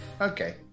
Okay